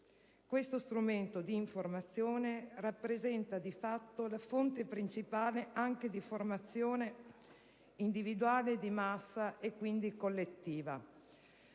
questo strumento di informazione rappresenta di fatto la fonte principale di formazione, individuale, di massa e quindi collettiva.